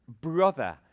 brother